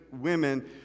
women